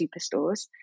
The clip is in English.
superstores